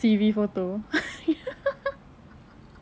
C_V photo